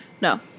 No